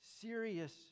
serious